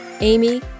Amy